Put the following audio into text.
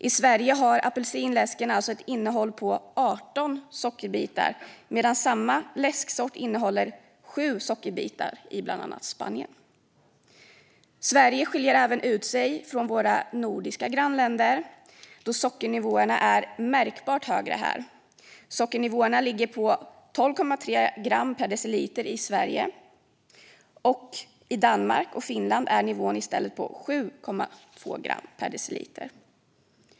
I Sverige har apelsinläsken ett innehåll på 18 sockerbitar, medan samma läsksort innehåller 7 sockerbitar i bland annat Spanien. Sverige skiljer även ut sig från våra nordiska grannländer, då sockernivåerna är märkbart högre här. Sockernivån ligger på 12,3 gram per deciliter i Sverige. I Danmark och Finland är nivån 7,2 gram per deciliter.